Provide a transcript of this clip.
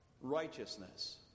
righteousness